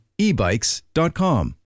ebikes.com